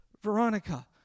Veronica